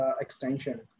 extension